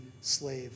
slave